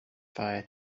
fire